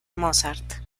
mozart